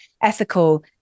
ethical